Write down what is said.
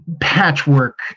Patchwork